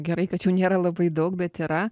gerai kad jų nėra labai daug bet yra